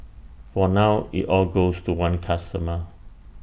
for now IT all goes to one customer